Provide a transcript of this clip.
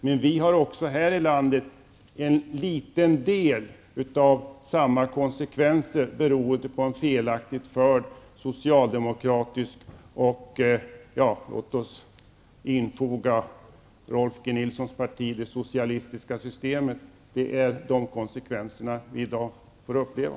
Men vi har också här i landet fått en liten del av samma konsekvenser beroende på en felaktigt förd socialdemokratisk och socialistisk politik, för att infoga även Rolf L Nilsons parti i detta sammanhang. Det är dessa konsekvenser som vi i dag får uppleva.